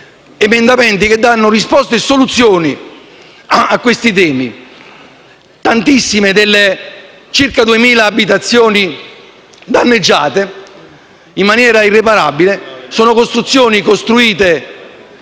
emendamenti che danno risposte e soluzioni a questi temi. Tantissime delle circa 2.000 abitazioni danneggiate in maniera irreparabile sono state costruite